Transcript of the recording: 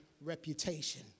reputation